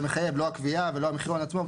גם הקביעה וגם המחירון עצמו לא יהיו כדבר מחייב.